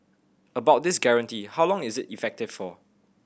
about this guarantee how long is it effective for